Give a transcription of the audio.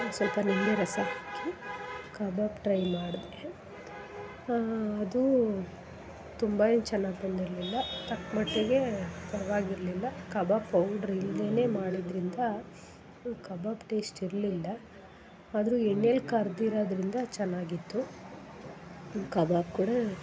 ಒಂದು ಸ್ವಲ್ಪ ನಿಂಬೆ ರಸ ಹಾಕಿ ಕಬಾಬ್ ಟ್ರೈ ಮಾಡಿದೆ ಅದು ತುಂಬ ಏನೂ ಚೆನ್ನಾಗಿ ಬಂದಿರಲಿಲ್ಲ ತಕ್ಕಮಟ್ಟಿಗೆ ಪರವಾಗಿರ್ಲಿಲ್ಲ ಕಬಾಬ್ ಪೌಡ್ರ್ ಇಲ್ದೇ ಮಾಡಿದ್ದರಿಂದ ಕಬಾಬ್ ಟೇಸ್ಟ್ ಇರಲಿಲ್ಲ ಆದ್ರೂ ಎಣ್ಣೆಲಿ ಕರ್ದಿರೋದ್ರಿಂದ ಚೆನ್ನಾಗಿತ್ತು ಕಬಾಬ್ ಕೂಡ